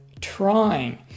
trying